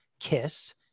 kiss